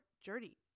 journey